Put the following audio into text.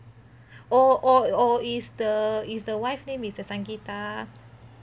oh oh oh is the is the wife name is the sangeetha